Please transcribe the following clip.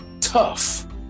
tough